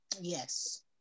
yes